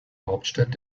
hauptstadt